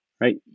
Right